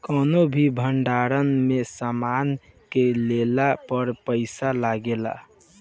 कौनो भी भंडार में सामान के लेला पर पैसा लागेला